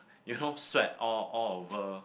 you know sweat all all over